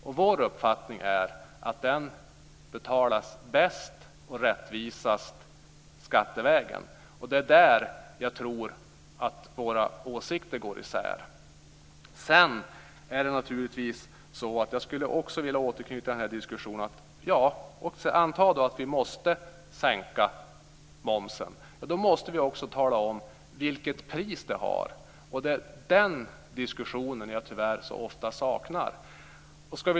Och vår uppfattning är att den betalas bäst och rättvisast skattevägen. Och det är där som jag tror att våra åsikter går isär. Jag skulle också vilja göra en återknytning i denna diskussion. Anta att vi måste sänka momsen. Då måste vi också tala om vilket pris det har. Det är den diskussionen som jag tyvärr så ofta saknar.